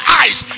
eyes